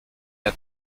der